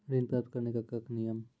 ऋण प्राप्त करने कख नियम?